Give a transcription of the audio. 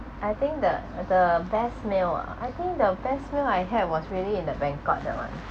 I think the the best meal ah I think the best meal I had was really in the bangkok that one